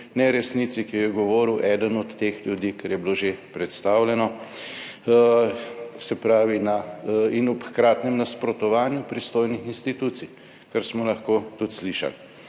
neresnici, ki jo je govoril eden od teh ljudi, kar je bilo že predstavljeno. Se pravi, in ob hkratnem nasprotovanju pristojnih institucij, kar smo lahko tudi slišali,